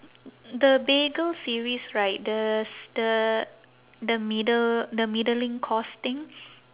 the bagel series right the the the middle the middling course thing